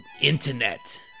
internet